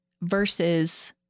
versus